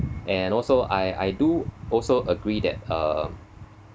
and also I I do also agree that uh